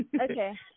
Okay